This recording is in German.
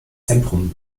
zentrum